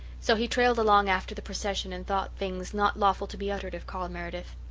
so he trailed along after the procession and thought things not lawful to be uttered of carl meredith.